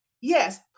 yes